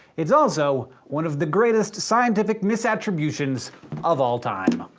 it's also, one of the greatest scientific mis-attributions of all time.